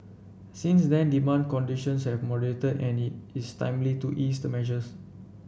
since then demand conditions have moderated and it is timely to ease the measures